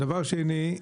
ודבר שני,